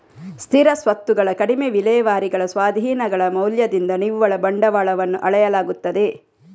ಸ್ಥಿರ ಸ್ವತ್ತುಗಳ ಕಡಿಮೆ ವಿಲೇವಾರಿಗಳ ಸ್ವಾಧೀನಗಳ ಮೌಲ್ಯದಿಂದ ನಿವ್ವಳ ಬಂಡವಾಳವನ್ನು ಅಳೆಯಲಾಗುತ್ತದೆ